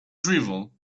drivel